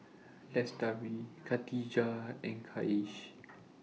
Lestari Khatijah and Kasih